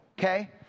okay